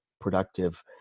productive